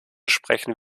sprechen